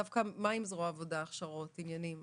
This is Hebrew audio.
דווקא מה עם זרוע העבודה, הכשרות, עניינים?